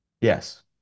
Yes